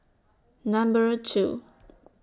Number two